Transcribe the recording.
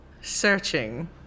Searching